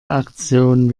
aktion